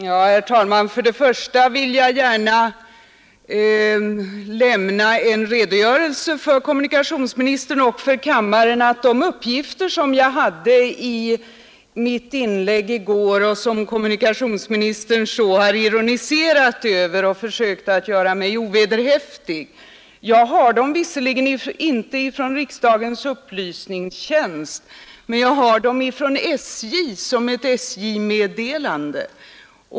Herr talman! Jag vill gärna tala om för kommunikationsministern och kammaren att de uppgifter som jag lämnade i mitt inlägg i går och som kommunikationsministern så har ironiserat över och använt för att försöka att få mig att framstå som ovederhäftig har jag visserligen inte fått från riksdagens upplysningstjänst men jag har fått dem från SJ i form av ett skriftligt SJ-meddelande.